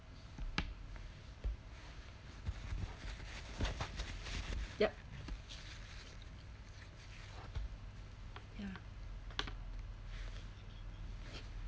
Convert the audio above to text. yup ya